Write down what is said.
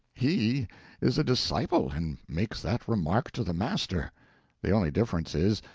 he is a disciple, and makes that remark to the master the only difference is,